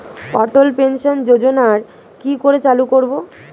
অটল pension যোজনার কি করে চালু করব?